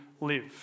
live